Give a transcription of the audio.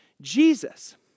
Jesus